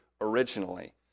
originally